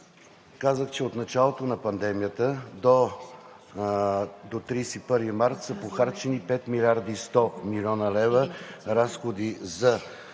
Казах, че от началото на пандемията до 31 март са похарчени 5 млрд. 100 млн. лв. разходи за